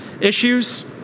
issues